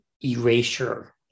erasure